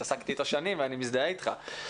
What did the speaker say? התעסקתי איתו שנים ואני מזדהה איתך.